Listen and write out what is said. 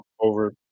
over